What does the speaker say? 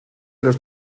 los